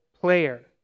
player